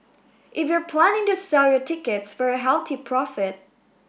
if you're planning to sell your tickets for a healthy profit